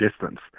distance